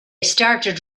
started